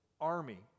army